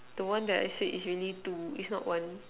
the one I said is really two is not one